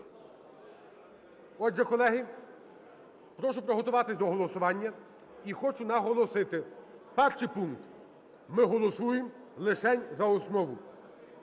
Отже, колеги, прошу приготуватися до голосування. І хочу наголосити: перший пункт: ми голосуємо лишень за основу;